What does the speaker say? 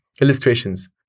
illustrations